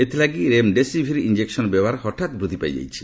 ଏଥିଲାଗି remdesivir injection ବ୍ୟବହାର ହଠାତ୍ ବୃଦ୍ଧି ପାଇଛି